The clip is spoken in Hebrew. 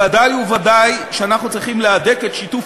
ודאי וודאי שאנחנו צריכים להדק את שיתוף